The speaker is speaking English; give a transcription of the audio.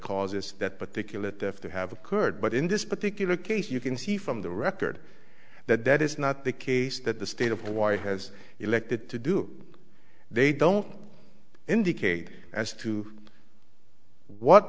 causes that particular to have occurred but in this particular case you can see from the record that that is not the case that the state of hawaii has elected to do they don't indicate as to what